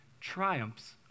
triumphs